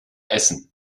essen